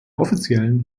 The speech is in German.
offiziellen